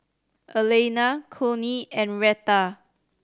Elaina Connie and Reta